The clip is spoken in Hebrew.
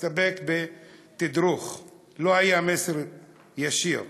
הסתפק בתדרוך, לא היה מסר ישיר.